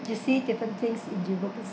you see different things in europe